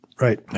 right